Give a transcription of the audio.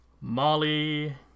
Molly